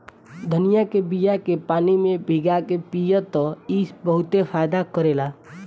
धनिया के बिया के पानी में भीगा के पिय त ई बहुते फायदा करेला